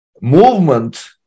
movement